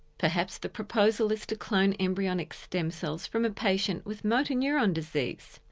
perhaps the proposal is to clone embryonic stem cells from a patient with motor neuron disease.